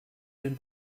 den